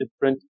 different